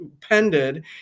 pended